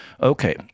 Okay